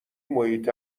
محیط